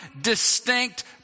distinct